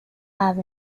have